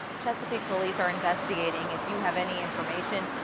chesapeake police are investigating. if you have any information,